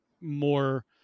more